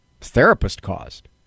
therapist-caused